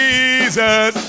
Jesus